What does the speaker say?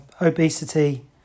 obesity